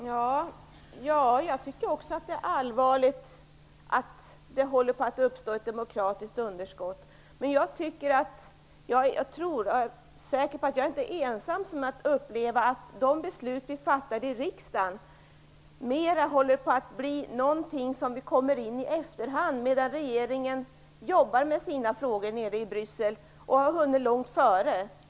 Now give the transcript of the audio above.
Fru talman! Jag tycker också att det är allvarligt att det håller på att uppstå ett demokratiskt underskott. Jag är säker på att jag inte är ensam om att uppleva att de beslut vi fattar i riksdagen håller på att bli något vi kommer in med i efterhand medan regeringen redan jobbar med frågorna nere i Bryssel och har hunnit mycket längre.